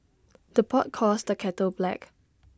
the pot calls the kettle black